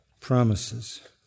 promises